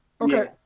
Okay